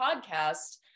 podcast